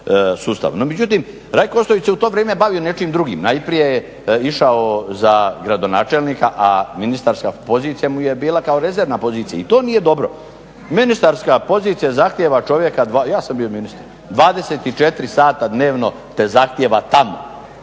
No međutim, Rajko Ostojić se u to vrijeme bavio nečim drugim. Najprije je išao za gradonačelnika, a ministarska pozicija mu je bila kao rezervna pozicija. I to nije dobro. Ministarska pozicija zahtijeva čovjeka, ja sam bio ministar, 24 sata dnevno te zahtijeva tamo.